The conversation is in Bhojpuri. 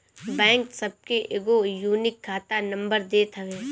बैंक सबके एगो यूनिक खाता नंबर देत हवे